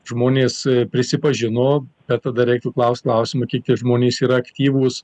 žmonės prisipažino kad tada reiktų klaust klausimų kiek tie žmonės yra aktyvūs